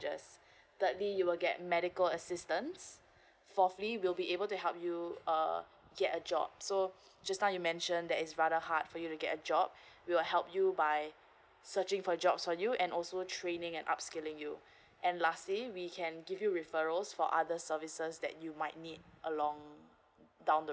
thirdly you will get medical assistance for free we'll be able to help you uh get a job so just now you mention that is rather hard for you to get a job we will help you by searching for jobs for you and also training and up skilling you and lastly we can give you referrals for other services that you might need along down the